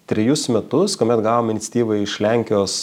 trejus metus kuomet gavom iniciatyvą iš lenkijos